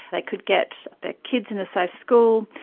they could get their kids in a safe school.